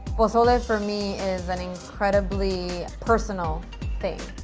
pozole for me is an incredibly personal thing.